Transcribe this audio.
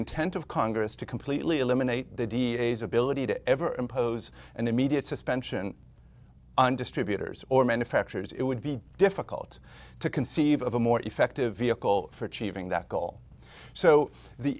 intent of congress to completely eliminate the ability to ever impose an immediate suspension on distributors or manufacturers it would be difficult to conceive of a more effective vehicle for achieving that goal so the